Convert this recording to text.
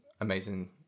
amazing